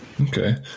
Okay